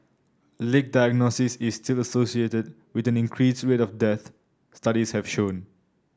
late diagnosis is still associated with an increased rate of deaths studies have shown